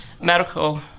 medical